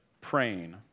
praying